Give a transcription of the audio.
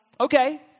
Okay